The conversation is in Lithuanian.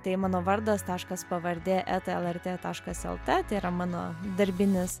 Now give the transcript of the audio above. tai mano vardas taškas pavardė eta lrt taškas lt tai yra mano darbinis